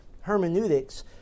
hermeneutics